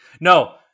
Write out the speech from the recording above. No